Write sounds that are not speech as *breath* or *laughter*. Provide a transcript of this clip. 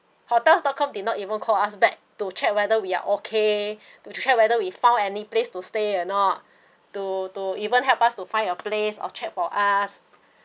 hotel dot com did not even call us back to check whether we are okay *breath* to check whether we found any place to stay or not to to even help us to find a place or check for us